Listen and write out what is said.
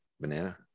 Banana